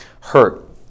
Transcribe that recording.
hurt